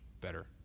better